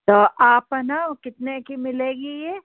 तो आप ना कितने की मिलेगी ये